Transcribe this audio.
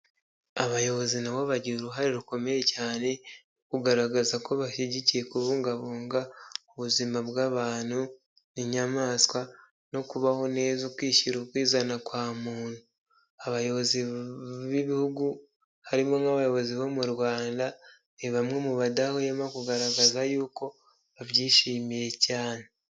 Abayobozi nabo bagira uruhare rukomeye cyane mu kugaragaza ko bashyigikiye kubungabunga ubuzima bw'abantu n'inyamaswa no kubaho neza, ukishyira ukizana kwa muntu. Abayobozi b'ibihugu harimo nk'abayobozi bo mu Rwanda ni bamwe mu badahwema kugaragaza yuko babyishimiye cyane.